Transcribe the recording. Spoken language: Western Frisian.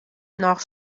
noch